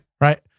Right